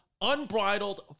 unbridled